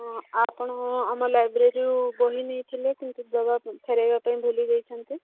ହଁ ଆପଣ ଆମ ଲାଇବ୍ରେରୀରୁ ବହି ନେଇଥିଲେ କିନ୍ତୁ ଦେବା ଫେରାଇବା ପାଇଁ ଭୁଲି ଯାଇଛନ୍ତି